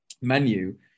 menu